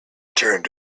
turned